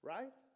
Right